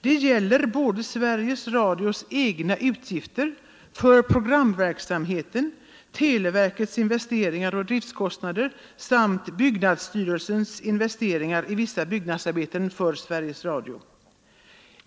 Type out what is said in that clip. Det gäller både Sveriges Radios egna utgifter för programverksamheten, televerkets investeringar och driftkostnader samt byggnadsstyrelsens investeringar i vissa byggnadsarbeten för Sveriges Radio.